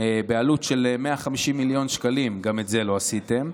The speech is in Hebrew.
בעלות של 150 מיליון שקלים, גם את זה לא עשיתם.